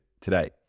today